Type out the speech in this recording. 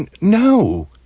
no